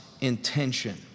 intention